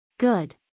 Good